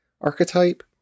archetype